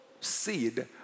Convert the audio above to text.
seed